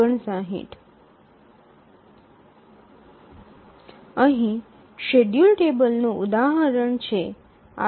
અહીં શેડ્યૂલ ટેબલનું ઉદાહરણ છે